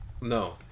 No